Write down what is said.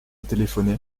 téléphoné